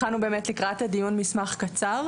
הכנו לקראת הדיון מסמך קצר,